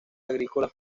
agrícolas